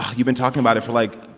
you've been talking about it for, like,